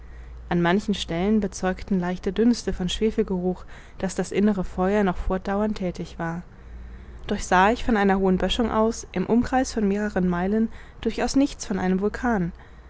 an manchen stellen bezeugten leichte dünste von schwefelgeruch daß das innere feuer noch fortdauernd thätig war doch sah ich von einer hohen böschung aus im umkreis von mehreren meilen durchaus nichts von einem vulkan